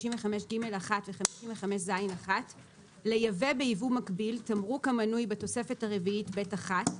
55ג1 ו-55ז1 לייבא בייבוא מקביל תמרוק המנוי בתוספת הרביעית ב'1,